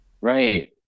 Right